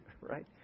right